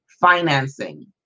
financing